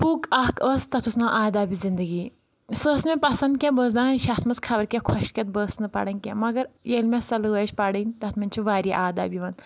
book اکھ ٲس تَتھ اوس ناو آدابِ زِندگی سۄ ٲس مےٚ پَسنٛد کینٛہہ بہٕ ٲسٕس دَان یہِ چھِ یَتھ منٛز خَبَر کیاہ خۄش کھیٚتھ بہٕ ٲسٕس نہٕ پران کینٛہہ مَگَر ییٚلہِ مےٚ سۄ لٲج پَرٕنۍ تَتھ منٛز چھِ واریاہ آداب یِوان